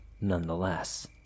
nonetheless